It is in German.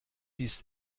dies